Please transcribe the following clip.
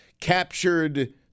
captured